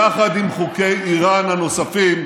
יחד עם חוקי איראן הנוספים,